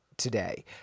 today